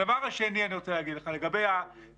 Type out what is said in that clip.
הדבר השני שאני רוצה להגיד לך זה לגבי הביצים.